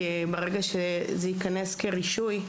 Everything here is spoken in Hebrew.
כי ברגע שזה יכנס כרישוי,